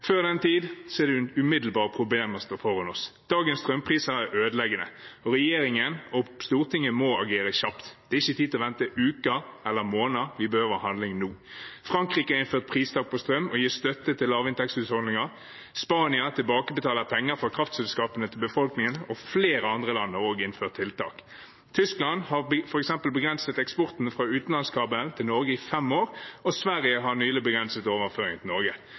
Før den tid er det umiddelbare problemer som står foran oss. Dagens strømpriser er ødeleggende, og regjeringen og Stortinget må agere kjapt. Det er ikke tid til å vente i uker eller måneder. Vi behøver handling nå. Frankrike har innført pristak på strøm og gir støtte til lavinntektshusholdninger, Spania tilbakebetaler penger fra kraftselskapene til befolkningen, og flere andre land har også innført tiltak. Tyskland har f.eks. begrenset eksporten fra utenlandskabelen til Norge i fem år, og Sverige har nylig begrenset overføringen til Norge.